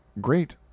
Great